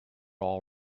all